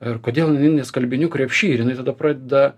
ir kodėl jinai ne skalbinių krepšy ir jinai tada pradeda